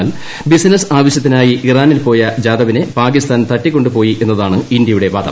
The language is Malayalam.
എന്നാൽ ബിസിനസ് ആവശ്യ ത്തിനായി ഇറാനിൽപോയ ജാദവിനെ പാകിസ്ഥാൻ തട്ടിക്കൊണ്ടു പോയതാണെന്നാണ് ഇന്ത്യയുടെ വാദം